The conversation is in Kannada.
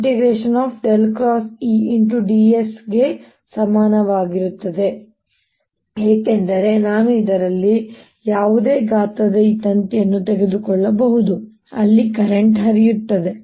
ds ಗೆ ಸಮನಾಗಿರುತ್ತದೆ ಏಕೆಂದರೆ ನಾನು ಇದರಲ್ಲಿ ಯಾವುದೇ ಗಾತ್ರದ ಈ ತಂತಿಯನ್ನು ತೆಗೆದುಕೊಳ್ಳಬಹುದು ಅಲ್ಲಿ ಕರೆಂಟ್ ಹರಿಯುತ್ತದೆ